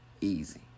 Easy